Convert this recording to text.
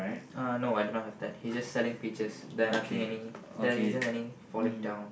uh no I do not have that he's just selling peaches there nothing any there isn't any falling down